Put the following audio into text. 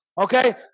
Okay